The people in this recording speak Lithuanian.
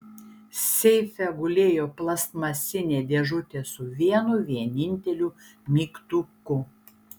seife gulėjo plastmasinė dėžutė su vienu vieninteliu mygtuku